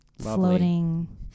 floating